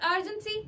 urgency